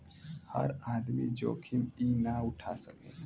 हर आदमी जोखिम ई ना उठा सकेला